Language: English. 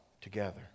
together